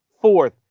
fourth